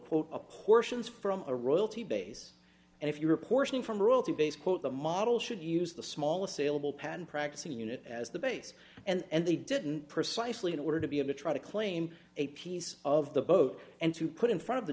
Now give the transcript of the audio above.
quote portions from a royalty base and if you're reporting from royalty base quote the model should use the smallest saleable patent practicing unit as the base and they didn't precisely in order to be able to try to claim a piece of the boat and to put in front of the